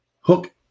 Hook